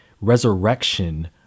resurrection